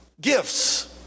gifts